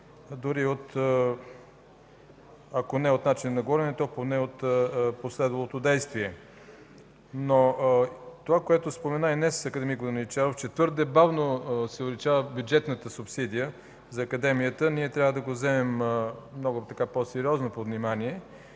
ако не от начина на говорене, то поне от последвалото действие. Това, което спомена и днес акад. Воденичаров, че твърде бавно се увеличава бюджетната субсидия за Академията, трябва да го вземем много по-сериозно под внимание